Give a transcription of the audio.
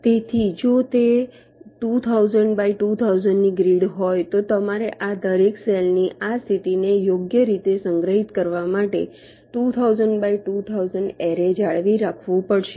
તેથી જો તે 2000 બાય 2000 ની ગ્રીડ હોય તો તમારે આ દરેક સેલની આ સ્થિતિને યોગ્ય રીતે સંગ્રહિત કરવા માટે 2000 બાય 2000 એરે જાળવી રાખવું પડશે